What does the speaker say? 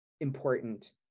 important